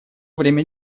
время